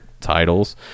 titles